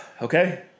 Okay